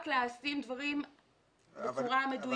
רק לשים דברים בצורה מדויקת.